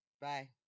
bye